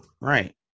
Right